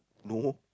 no